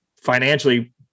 financially